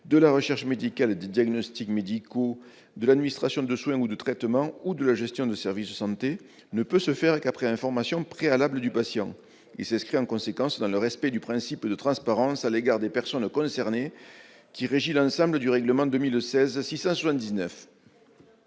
de la recherche médicale, des diagnostics médicaux, de l'administration de soins ou de traitements, ou de la gestion de service de santé ne peut se faire qu'après information préalable du patient. Il vise ainsi à respecter le principe de transparence à l'égard des personnes concernées, lequel régit l'ensemble du règlement 2016/679.